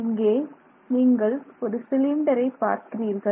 இங்கே நீங்கள் ஒரு சிலிண்டரை பார்க்கிறீர்கள்